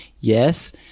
Yes